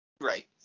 Right